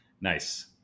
Nice